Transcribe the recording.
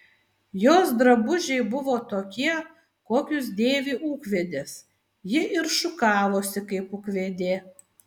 jos drabužiai buvo tokie kokius dėvi ūkvedės ji ir šukavosi kaip ūkvedė